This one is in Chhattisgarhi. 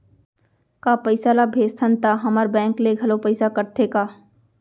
का पइसा ला भेजथन त हमर बैंक ले घलो पइसा कटथे का?